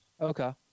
Okay